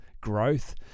growth